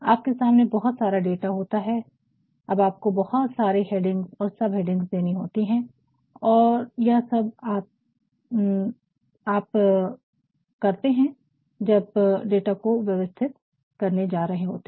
आपके सामने बहुत सारा डाटा होता है अब आपको बहुत सारे हेडिंग्स और सब हेडिंग्स देनी होती हैं और यह सब आप तब करते हैं जब आप डाटा को व्यवस्थित करने जा रहे होते हैं